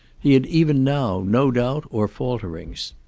he had even now no doubt or falterings.